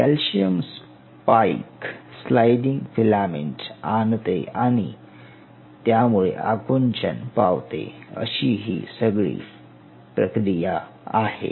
calcium spike sliding filament आणते आणि त्यामुळे आकुंचन पावते अशी ही सगळी प्रक्रिया आहे